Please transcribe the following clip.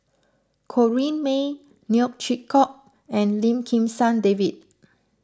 Corrinne May Neo Chwee Kok and Lim Kim San David